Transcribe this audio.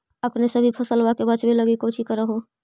अपने सभी फसलबा के बच्बे लगी कौची कर हो?